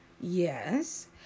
yes